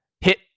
Hit